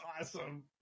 awesome